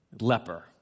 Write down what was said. leper